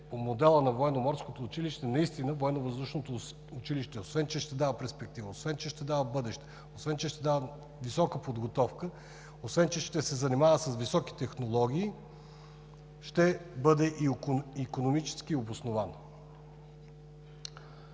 модела на Военноморското училище наистина Военновъздушното училище освен че ще дава перспектива, освен че ще дава бъдеще, освен че ще дава висока подготовка, освен че ще се занимава с високи технологии, ще бъде и икономически обосновано.